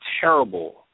terrible